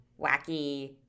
wacky